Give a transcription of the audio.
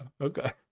Okay